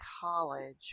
college